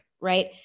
right